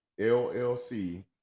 LLC